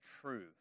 truth